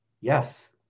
Yes